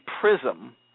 prism